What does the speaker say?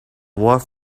worth